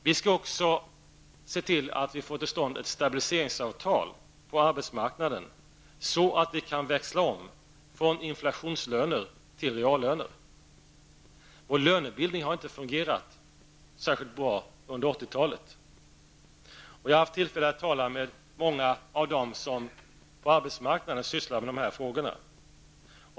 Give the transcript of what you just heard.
Vi skall också se till att vi får till stånd ett stabiliseringsavtal på arbetsmarknaden, så att vi kan växla om från inflationslöner till reallöner. Vår lönebildning har inte fungerat särskilt bra under 80-talet. Jag har haft tillfällen att tala med många av dem som på arbetsmarknaden sysslar med dessa frågor.